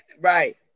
Right